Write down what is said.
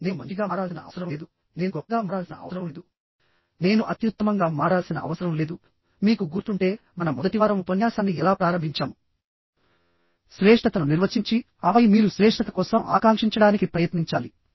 నేను మంచిగా మారాల్సిన అవసరం లేదు నేను గొప్పగా మారాల్సిన అవసరం లేదు నేను అత్యుత్తమంగా మారాల్సిన అవసరం లేదు మీకు గుర్తుంటే మన మొదటి వారం ఉపన్యాసాన్ని ఎలా ప్రారంభించాముశ్రేష్ఠతను నిర్వచించిఆపై మీరు శ్రేష్ఠత కోసం ఆకాంక్షించడానికి ప్రయత్నించాలి